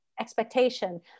expectation